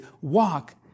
walk